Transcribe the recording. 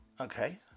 Okay